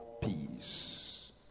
Peace